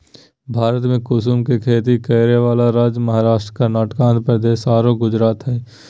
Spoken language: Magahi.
भारत में कुसुम के खेती करै वाला राज्य महाराष्ट्र, कर्नाटक, आँध्रप्रदेश आरो गुजरात हई